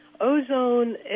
ozone